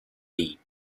deep